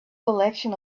collection